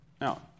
Now